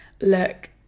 look